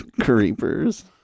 creepers